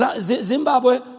Zimbabwe